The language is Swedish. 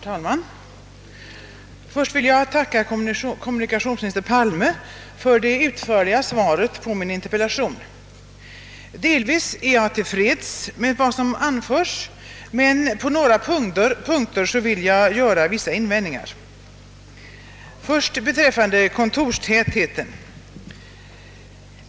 Herr talman! Först och främst vill jag tacka kommunikationsminister Pal me för det utförliga svaret på min interpellation. Delvis är jag till freds med vad som anförs, men på några punkter vill jag göra vissa invändningar, och tar då först upp frågan om postkontorstätheten.